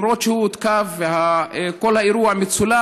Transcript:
למרות שהוא הותקף וכל האירוע מצולם.